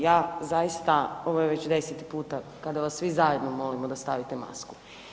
Ja zaista, ovo je već 10-ti puta kada vas svi zajedno molimo da stavite masku.